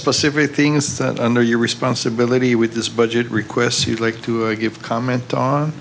specific things that under your responsibility with this budget request you'd like to give comment on